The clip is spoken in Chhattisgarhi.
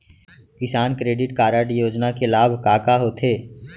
किसान क्रेडिट कारड योजना के लाभ का का होथे?